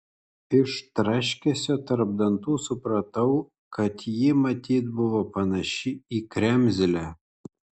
iš traškesio tarp dantų supratau kad ji matyt buvo panaši į kremzlę